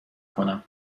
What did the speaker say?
کنم